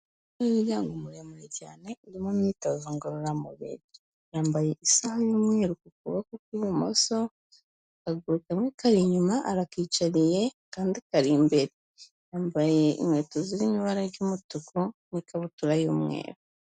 Umugabo uri mu nzu y'umuryango muremure cyane ari mu myitozo ngororamubiri yambaye isaha y'umweru ku kuboko kw'ibumoso, akaguru kamwe kari inyuma arakicariye, akandi kari imbere, yambaye inkweto zirimo ibara ry'umutuku n'ikabutura y'umweru.